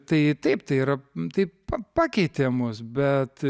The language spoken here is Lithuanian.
tai taip tai yra taip pakeitė mus bet